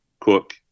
Cook